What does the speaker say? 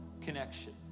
connection